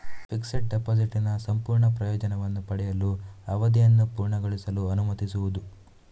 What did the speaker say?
fixed ಡೆಪಾಸಿಟಿನ ಸಂಪೂರ್ಣ ಪ್ರಯೋಜನವನ್ನು ಪಡೆಯಲು, ಅವಧಿಯನ್ನು ಪೂರ್ಣಗೊಳಿಸಲು ಅನುಮತಿಸುವುದು